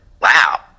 Wow